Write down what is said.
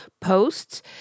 posts